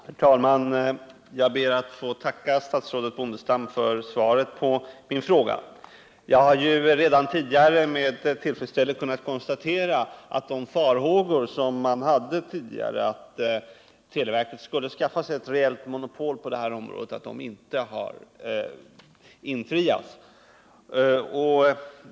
Herr talman! Jag ber att få tacka statsrådet Bondestam för svaret på min fråga. Jag har redan tidigare med tillfredsställelse kunnat konstatera att farhågorna för att televerket skulle skaffa sig ett reellt monopol på detta område inte har infriats.